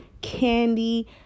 candy